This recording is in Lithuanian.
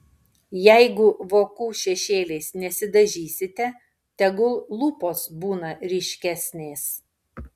jeigu vokų šešėliais nesidažysite tegul lūpos būna ryškesnės